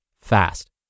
fast